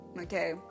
Okay